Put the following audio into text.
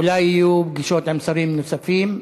אולי יהיו פגישות עם שרים נוספים.